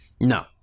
No